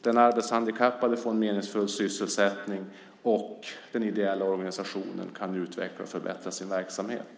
Den arbetshandikappade får en meningsfull sysselsättning, och den ideella organisationen kan utveckla och förbättra sin verksamhet.